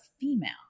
female